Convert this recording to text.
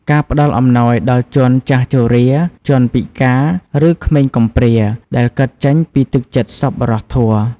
ការផ្តល់អំណោយដល់ជនចាស់ជរា ជនពិការ ឬក្មេងកំព្រា ដែលកើតចេញពីទឹកចិត្តសប្បុរសធម៌។